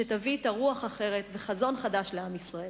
שתביא אתה רוח אחרת וחזון חדש לעם ישראל.